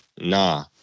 Nah